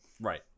Right